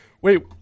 Wait